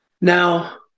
Now